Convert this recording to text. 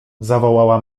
zawołała